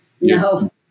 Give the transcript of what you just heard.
No